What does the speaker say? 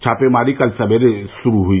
छापेमारी कल सवेरे शुरू हुई